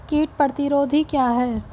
कीट प्रतिरोधी क्या है?